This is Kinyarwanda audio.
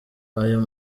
ayo